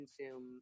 consume